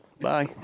Bye